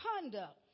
conduct